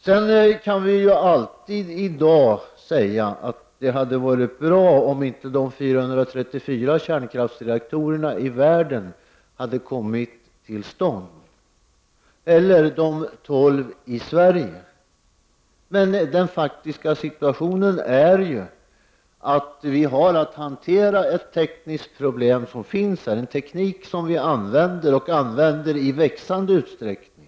Vi kan naturligtvis i dag säga att det hade varit bra om de 434 kärnkraftsreaktorer som nu finns i världen, inkl. de 12 som finns i Sverige, inte hade kommit till stånd, men den faktiska situationen är ju den att vi har att hantera det existerande tekniska problem som kärnkraftstekniken innebär, dessutom en teknik som vi använder i växande utsträckning.